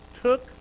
took